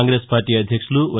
Congress party అధ్యక్షులు why